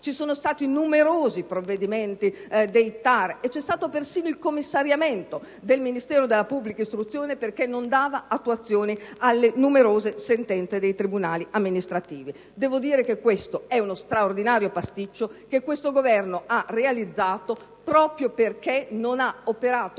sono stati i provvedimenti dei TAR e c'è stato persino il commissariamento del Ministero della pubblica istruzione perché non dava attuazione alle numerose sentenze dei tribunali amministrativi. Devo dire che è uno straordinario pasticcio che questo Governo ha realizzato proprio perché non ha operato